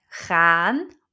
gaan